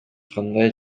кандай